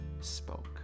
spoke